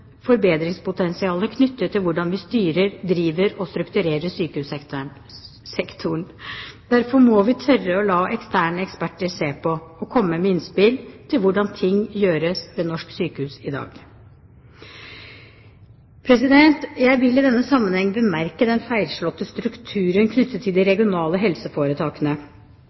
knyttet til hvordan vi styrer, driver og strukturerer sykehussektoren. Derfor må vi tørre å la eksterne eksperter se på og komme med innspill til hvordan ting gjøres ved norske sykehus i dag. Jeg vil i denne sammenheng bemerke den feilslåtte strukturen knyttet til de regionale helseforetakene.